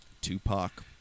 Tupac